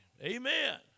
Amen